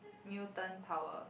Newton tower